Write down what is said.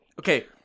Okay